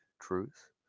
truth